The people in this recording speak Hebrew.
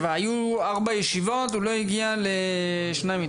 היו ארבע ישיבות, הוא לא הגיע לשתיים מתוכן.